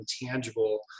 intangible